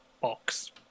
box